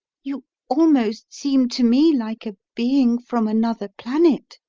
you almost seem to me like a being from another planet.